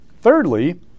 Thirdly